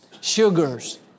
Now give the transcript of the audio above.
sugars